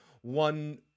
one